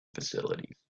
facilities